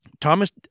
Thomas